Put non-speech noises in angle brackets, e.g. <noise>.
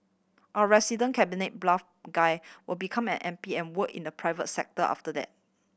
our resident cabinet <unintelligible> guy will become an M P and work in the private sector after that